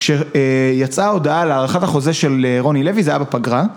כשיצאה הודעה להארכת החוזה של רוני לוי זה היה בפגרה.